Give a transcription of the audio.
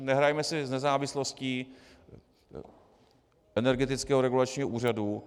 Nehrajme si s nezávislostí Energetického regulačního úřadu.